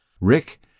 Rick